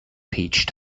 peach